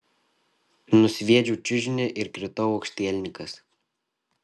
nusviedžiau čiužinį ir kritau aukštielninkas